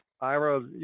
Ira